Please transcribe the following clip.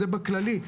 זה בכללי.